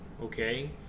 Okay